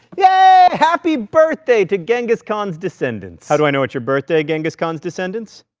yeah happy birthday to genghis khan's descendants. how do i know it's your birthday, genghis khan's descendants?